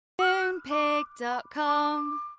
Moonpig.com